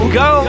go